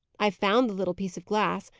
i found the little piece of glass.